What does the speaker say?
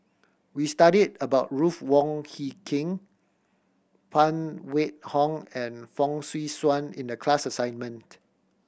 we studied about Ruth Wong Hie King Phan Wait Hong and Fong Swee Suan in the class assignment